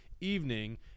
evening